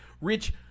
Rich